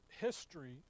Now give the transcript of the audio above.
history